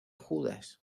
judas